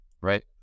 Right